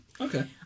Okay